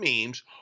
memes